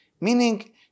meaning